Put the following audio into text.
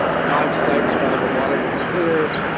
five sites found the water to be clear,